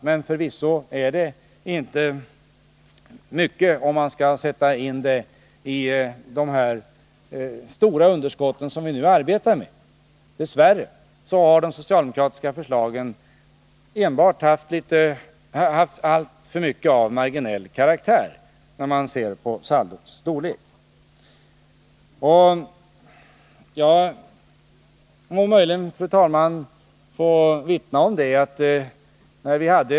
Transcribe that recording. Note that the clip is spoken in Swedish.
Men förvisso är det inte mycket, om man sätter det i relation till de stora underskott som vi nu arbetar med. Dess värre måste man, när man ser på saldots storlek, konstatera att de socialdemokratiska förslagen haft alltför mycket av marginell karaktär över sig. Jag kan möjligen, fru talman, få vittna om förhållandena.